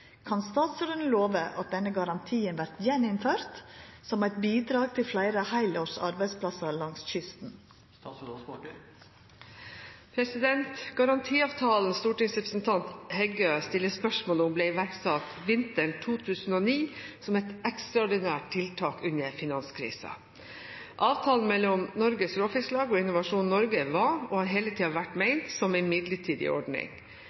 Kan statsråden love at denne garantien vert gjeninnført, som eit bidrag til fleire heilårsarbeidsplassar langs kysten?» Garantiavtalen stortingsrepresentant Heggø stiller spørsmål om, ble iverksatt vinteren 2009 som et ekstraordinært tiltak under finanskrisen. Avtalen mellom Norges Råfisklag og Innovasjon Norge var og har hele tida vært ment som en midlertidig ordning.